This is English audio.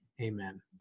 Amen